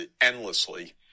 endlessly